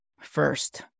first